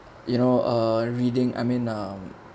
you know uh reading I mean uh